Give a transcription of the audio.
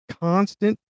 constant